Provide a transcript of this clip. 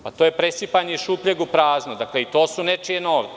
Pa to je presipanje iz šupljeg u prazno, i to su naši novci.